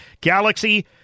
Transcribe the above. Galaxy